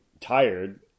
tired